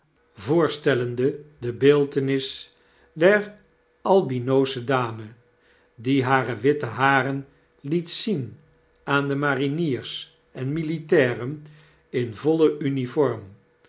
voorstellende de beeltenis der albinosche dame die hare witte haren liet zien aan de mariniers en militairen in voile uniform